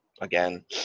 again